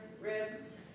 ribs